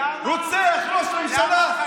רוצח ראש ממשלה,